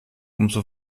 umso